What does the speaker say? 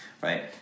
Right